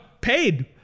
paid